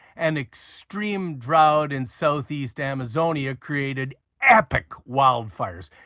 an extreme drought in southeast amazonia created epic wildfires,